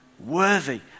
Worthy